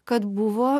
kad buvo